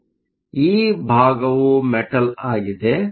ಆದ್ದರಿಂದ ಈ ಭಾಗವು ಮೆಟಲ್ ಆಗಿದೆ